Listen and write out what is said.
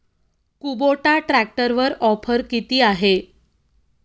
Kubota ट्रॅक्टरवर offer किती आहे?